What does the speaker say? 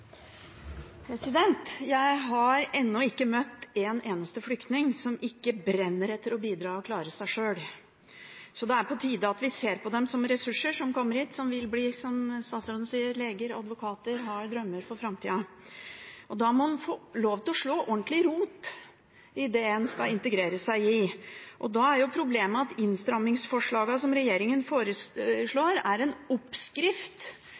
oppfølgingsspørsmål. Jeg har ennå ikke møtt en eneste flyktning som ikke brenner etter å bidra og klare seg sjøl. Det er på tide at vi ser på dem som ressurser som kommer hit, som vil bli – som statsråden sier – leger, advokater, har drømmer for framtida. Da må en få lov til å slå ordentlig rot der en skal integreres, og da er problemet at innstrammingsforslagene som regjeringen foreslår, er en oppskrift